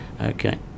Okay